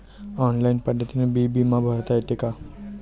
Online पद्धतीनं बी बिमा भरता येते का?